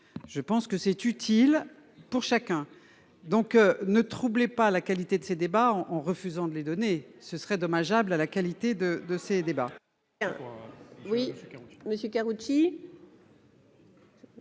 Je pense que c'est utile pour chacun. Ne troublez pas la qualité de ces débats en refusant de les donner. Ce serait dommage, madame la présidente.